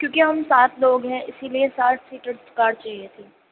کیونکہ ہم سات لوگ ہیں اِسی لیے سات سیٹر کار چاہیے تھی